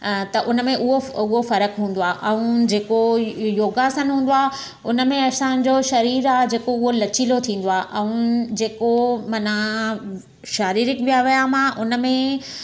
त उन में उहो उहो फ़र्क़ु हूंदो आहे ऐं जेको योगासन हूंदो आहे उन में असांजो शरीरु आहे जेको उहो लचीलो थींदो आहे ऐं जेको माना शारीरिक व्यायाम आहे उन में